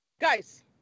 guys